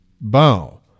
bow